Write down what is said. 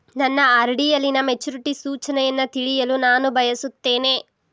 ನನ್ನ ಆರ್.ಡಿ ಯಲ್ಲಿನ ಮೆಚುರಿಟಿ ಸೂಚನೆಯನ್ನು ತಿಳಿಯಲು ನಾನು ಬಯಸುತ್ತೇನೆ